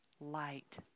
light